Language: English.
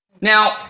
Now